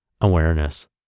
Awareness